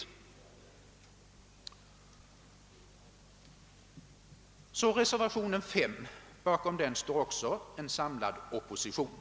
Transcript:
Bakom reservationen 5 står också en samlad opposition.